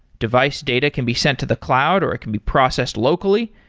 device data can be sent to the cloud or it can be processed locally,